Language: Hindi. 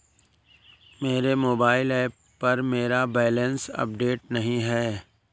मेरे मोबाइल ऐप पर मेरा बैलेंस अपडेट नहीं है